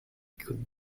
could